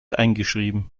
eingeschrieben